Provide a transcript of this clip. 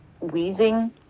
wheezing